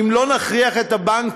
אם אנחנו לא נכריח את הבנקים,